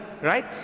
right